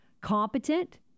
competent